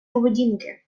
поведінки